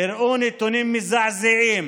הראו נתונים מזעזעים